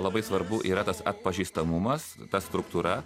labai svarbu yra tas atpažįstamumas ta struktūra